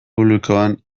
publikoan